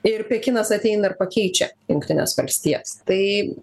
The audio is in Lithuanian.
ir pekinas ateina ir pakeičia jungtines valstijas tai